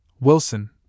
Wilson